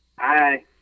Hi